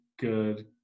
good